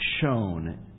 shown